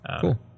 cool